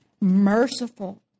merciful